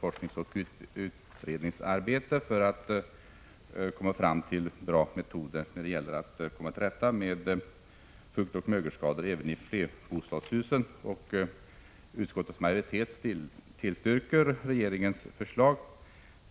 forskningsoch utredningsarbete för att komma fram till bra metoder när det gäller att komma till rätta med fuktoch mögelskador även i flerbostadshusen. Utskottets majoritet tillstyrker regeringens förslag.